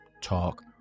talk